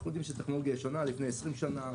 אנחנו יודעים שזאת טכנולוגיה ישנה מלפני עשרים שנה.